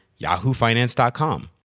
yahoofinance.com